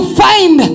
find